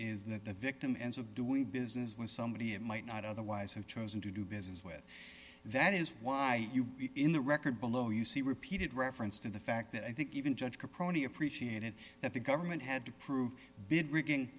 is that the victim ends of doing business with somebody it might not otherwise have chosen to do business with that is why in the record below you see repeated reference to the fact that i think even judge could probably appreciate it that the government had to prove bid rigging